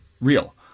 real